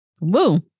Woo